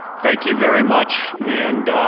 thank you very much and